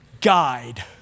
guide